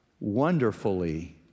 wonderfully